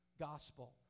gospel